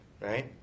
Right